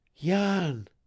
Jan